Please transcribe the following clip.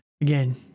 again